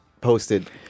posted